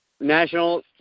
national